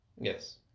Yes